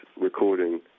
recording